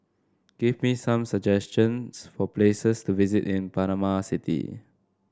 give me some suggestions for places to visit in Panama City